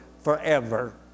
forever